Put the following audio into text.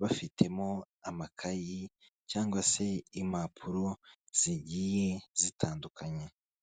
bafitemo amakayi cyangwa se impapuro zigiye zitandukanye.